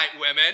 women